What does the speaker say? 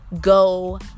go